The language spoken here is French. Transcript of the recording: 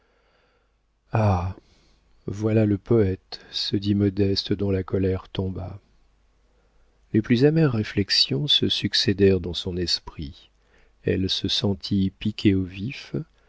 voilà le poëte se dit modeste dont la colère tomba les plus amères réflexions se succédèrent dans son esprit elle se sentit piquée au vif